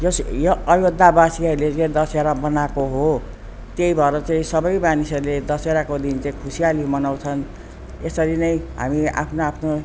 यस यो अयोद्धावासीहरूले चाहिँ दसहरा मनाएको हो त्यही भएर चाहिँ सबै मानिसहरूले दसहराको दिन चाहिँ खुसियाली मनाउँछन् यसरी नै हामी आफ्नो आफ्नो